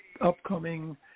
upcoming